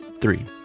three